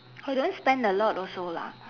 I don't spend a lot also lah